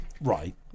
Right